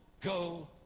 go